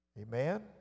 Amen